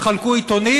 תחלקו עיתונים?